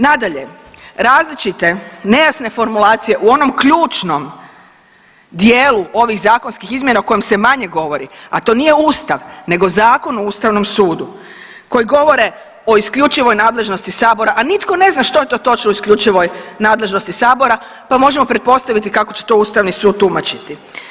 Nadalje, različite nejasne formulacije u onom ključnom dijelu ovih zakonskih izmjena o kojim se manje govori, a to nije Ustav nego Zakon o Ustavnom sudu koji govore o isključivoj nadležnosti sabora, a nitko ne zna što je to točno u isključivoj nadležnosti sabora pa možemo pretpostaviti kako će to Ustavni sud tumačiti.